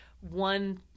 One